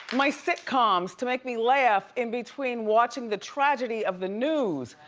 my sitcoms, to make me laugh in between watching the tragedy of the news.